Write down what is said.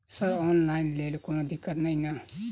Sir online लैल कोनो दिक्कत न ई नै?